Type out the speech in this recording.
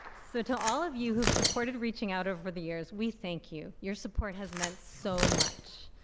so to all of you who've supported reaching out over the years we thank you. your support has meant so much.